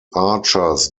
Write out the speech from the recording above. archers